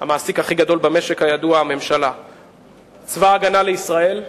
המעסיק הכי גדול במשק, כידוע, צבא-הגנה לישראל,